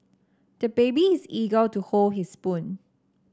the baby is eager to hold his own spoon